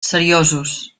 seriosos